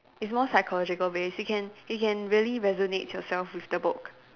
it's more psychological based you can you can really resonates yourself with the book